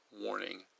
Warning